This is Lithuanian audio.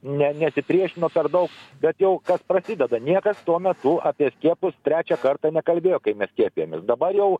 ne nesipriešino per daug bet jau kas prasideda niekas tuo metu apie skiepus trečią kartą nekalbėjo kai mes skiepyjomės dabar jau